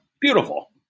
Beautiful